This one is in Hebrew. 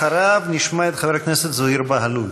אחריו נשמע את חבר הכנסת זוהיר בהלול.